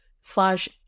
slash